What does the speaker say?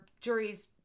juries